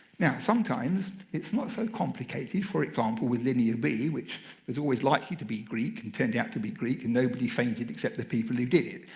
now sometimes, it's not so complicated. for example, with linear b, which was always likely to be greek and turned out to be greek and nobody fainted except the people who did it,